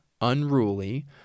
unruly